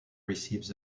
receives